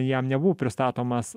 jam nebuvo pristatomas